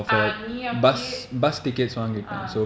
ஆங்நீஅப்டியே:aang nee apdiye